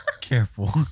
Careful